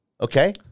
Okay